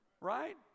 right